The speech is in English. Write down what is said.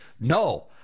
No